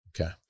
okay